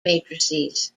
matrices